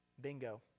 bingo